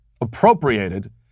appropriated